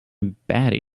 batty